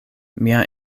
mia